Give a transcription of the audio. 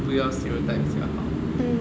不要 stereotype 比较好